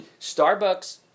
Starbucks